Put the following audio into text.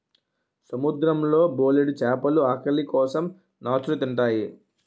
సముద్రం లో బోలెడు చేపలు ఆకలి కోసం నాచుని తింతాయి